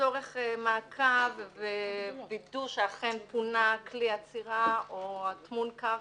לצורך מעקב ווידוא שאכן פונה כלי עצירה או טמון קרקע.